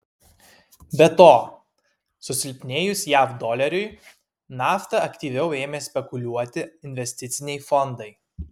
be to susilpnėjus jav doleriui nafta aktyviau ėmė spekuliuoti investiciniai fondai